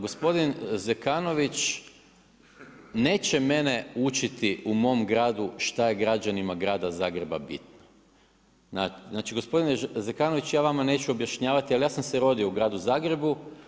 Gospodin Zekanović neće mene učiti u mom gradu šta građanima grada Zagreba bitno, znači gospodine Zekanović ja vama neću objašnjavati jel ja sam se rodio u gradu Zagrebu.